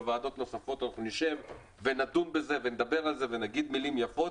וועדות נוספות נשב ונדון בזה ונדבר על זה ונגיד מילים יפות,